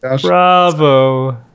bravo